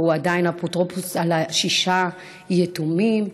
והוא עדיין אפוטרופוס על שישה יתומים.